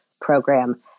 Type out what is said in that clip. program